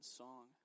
song